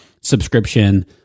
subscription